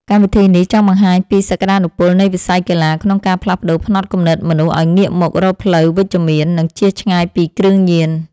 កម្មវិធីនេះចង់បង្ហាញពីសក្ដានុពលនៃវិស័យកីឡាក្នុងការផ្លាស់ប្តូរផ្នត់គំនិតមនុស្សឱ្យងាកមករកផ្លូវវិជ្ជមាន និងជៀសឆ្ងាយពីគ្រឿងញៀន។